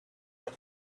were